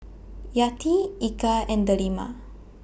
Yati Eka and Delima